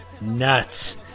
nuts